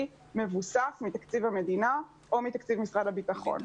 מבוסס מתקציב המדינה או מתקציב משרד הביטחון.